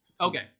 Okay